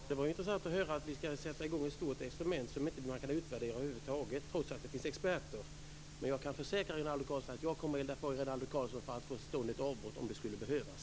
Herr talman! Det var intressant att höra att vi ska sätta i gång ett stort experiment som man inte kan utvärdera över huvud taget, trots att det finns experter. Jag kan försäkra Rinaldo Karlsson om att jag kommer att elda på honom för att få till stånd ett avbrott om det skulle behövas.